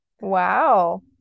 Wow